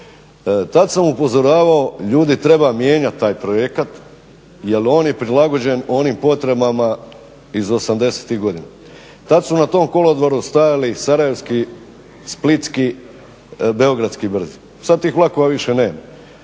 Tad sam upozoravao ljudi treba mijenjati taj projekat jer on je prilagođen onim potrebama iz 80-tih godina. Tad su na tom kolodvoru stajali sarajevski, splitski, beogradski brzi. Sad tih vlakova više nema,